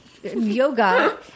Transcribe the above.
yoga